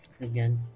again